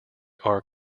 are